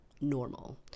normal